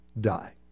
die